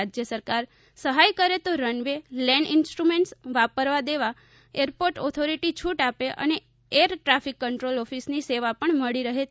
રાજ્ય સરકાર સહાય કરે તો રન વે લેન્ડ ઇન્સ્ટ્રમેન્ટ્સ વાપરવા દેવા એરપોર્ટ ઓથોરિટી છૂટ આપે અને એર ટ્રાફિક કંટ્રોલ ઓફિસની સેવા પણ મળી રહે તેમ છે